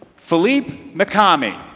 felipe machomy